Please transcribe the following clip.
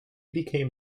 became